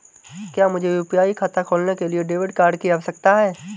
क्या मुझे यू.पी.आई खाता खोलने के लिए डेबिट कार्ड की आवश्यकता है?